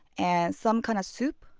and some kind of soup,